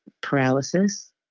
paralysis